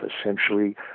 essentially